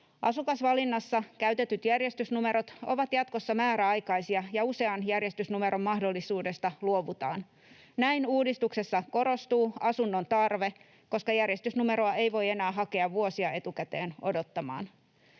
Asukasvalinnassa käytetyt järjestysnumerot ovat jatkossa määräaikaisia, ja usean järjestysnumeron mahdollisuudesta luovutaan. Näin uudistuksessa korostuu asunnon tarve, koska järjestysnumeroa ei voi enää hakea vuosia etukäteen odottamaan.